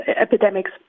epidemics